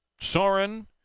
Soren